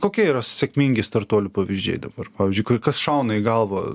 kokia yra sėkmingi startuolių pavyzdžiai dabar pavyzdžiui kas šauna į galvą